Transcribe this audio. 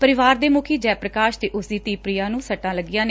ਪਰਿਵਾਰ ਦੇ ਮੁਖੀ ਜੈ ਪੁਕਾਸ਼ ਤੇ ਉਸਦੀ ਧੀ ਪੁਆ ਨੂੰ ਸੱਟਾ ਲੱਗੀਆਂ ਨੇ